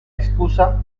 excusa